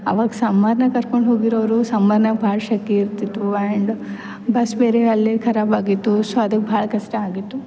ಆವಾಗ ಸಮ್ಮರ್ನಾಗ ಕರ್ಕೊಂಡು ಹೋಗಿರೋರು ಸಮ್ಮರ್ನಾಗ ಭಾಳ ಶೆಖೆ ಇರ್ತಿತ್ತು ಆ್ಯಂಡ್ ಬಸ್ ಬೇರೆ ಅಲ್ಲೇ ಖರಾಬಾಗಿತ್ತು ಸೊ ಅದಕ್ಕೆ ಭಾಳ ಕಷ್ಟ ಆಗಿತ್ತು